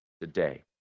today